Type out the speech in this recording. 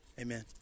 amen